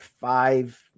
five